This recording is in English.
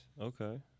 Okay